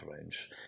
range